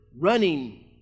running